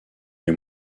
les